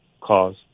cause